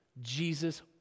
Jesus